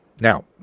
Now